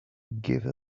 give